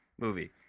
movie